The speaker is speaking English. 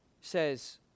says